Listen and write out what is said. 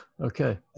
Okay